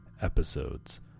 episodes